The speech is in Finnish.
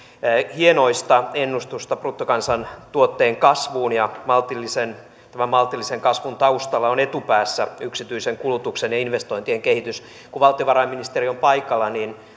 hienoista ennustusta on bruttokansantuotteen kasvuun ja tämän maltillisen kasvun taustalla on etupäässä yksityisen kulutuksen ja investointien kehitys kun valtiovarainministeri on paikalla niin